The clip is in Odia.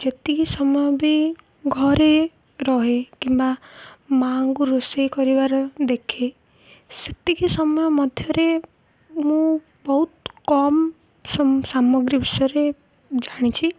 ଯେତିକି ସମୟ ବି ଘରେ ରହେ କିମ୍ବା ମାଆ'ଙ୍କୁ ରୋଷେଇ କରିବାର ଦେଖେ ସେତିକି ସମୟ ମଧ୍ୟରେ ମୁଁ ବହୁତ କମ୍ ସାମଗ୍ରୀ ବିଷୟରେ ଜାଣିଛି